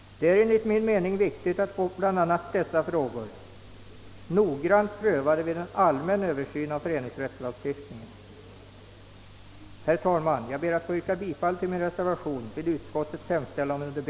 Det är enligt min mening viktigt att få bl.a. dessa frågor noggrant prövade vid en allmän översyn av föreningsrättslagstiftningen. Herr talman! Jag ber att få yrka bifall till min reservation vid utskottets hemställan under B.